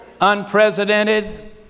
unprecedented